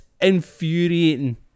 infuriating